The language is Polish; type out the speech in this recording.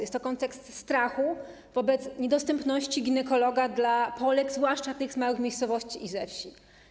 Jest to kontekst strachu wobec niedostępności ginekologa dla Polek, zwłaszcza tych z małych miejscowości i ze wsi.